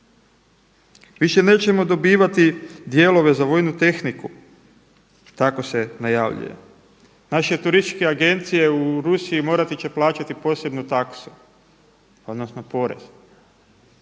Više nećemo dobivati dijelove za vojnu tehniku, tako se najavljuje. Naše agencije u Rusiji morati će plaćati posebnu taksu, odnosno porez.